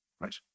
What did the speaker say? right